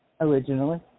originally